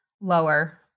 lower